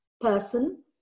person